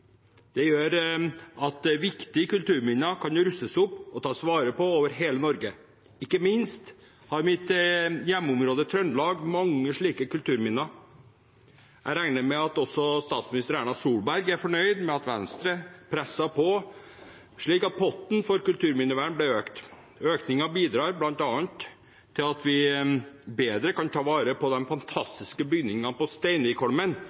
Det gjør at viktige kulturminner kan rustes opp og tas vare på over hele Norge. Ikke minst har mitt hjemområde Trøndelag mange slike kulturminner. Jeg regner med at også statsminister Erna Solberg er fornøyd med at Venstre presset på slik at potten for kulturminnevern ble økt. Økningen bidrar bl.a. til at vi bedre kan ta vare på de fantastiske bygningene på Steinvikholmen